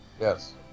Yes